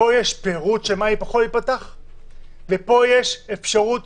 פה יש פירוט של מה יכול להיפתח ופה יש אפשרות